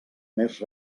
més